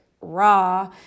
raw